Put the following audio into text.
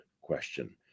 question